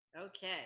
okay